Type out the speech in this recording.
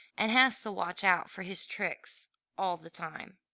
and has to watch out for his tricks all the time.